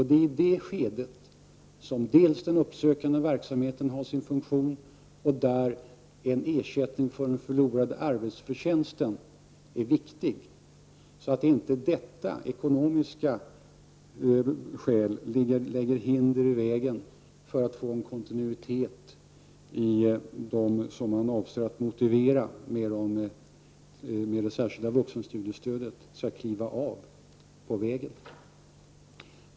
Det är i detta skede som den uppsökande verksamheten fyller sin funktion och som en ersättning för förlorad arbetsförtjänst är viktig. Ekonomiska skäl skall inte lägga hinder i vägen för en kontinuitet när det gäller dem man avser att motivera med det särskilda vuxenstudiestödet, så att de inte kliver av på vägen.